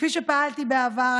כפי שפעלתי בעבר,